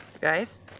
Guys